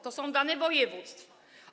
To są dane województw.